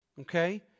Okay